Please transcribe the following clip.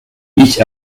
ich